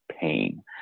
pain